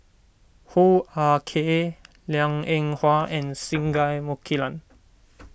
Hoo Ah Kay Liang Eng Hwa and Singai Mukilan